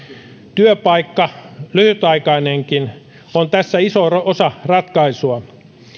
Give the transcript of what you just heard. työpaikka lyhytaikainenkin on tässä iso osa ratkaisua